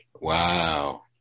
Wow